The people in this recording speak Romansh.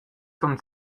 ston